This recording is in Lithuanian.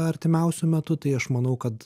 artimiausiu metu tai aš manau kad